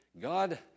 God